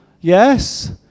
yes